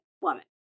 woman